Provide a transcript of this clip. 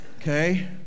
Okay